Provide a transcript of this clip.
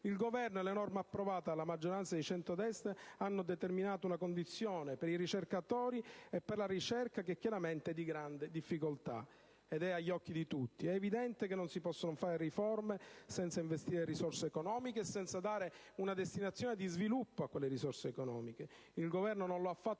Il Governo e le norme approvate dalla maggioranza di centrodestra hanno determinato una condizione per i ricercatori e per la ricerca che chiaramente è di grande difficoltà ed è sotto gli occhi di tutti. È evidente che non si possono fare riforme senza investire risorse economiche e senza dare una destinazione di sviluppo a quelle risorse. Il Governo non lo ha fatto